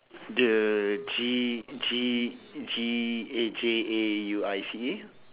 the G G G eh J A U I C E